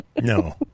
No